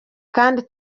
kandi